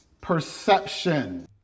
perception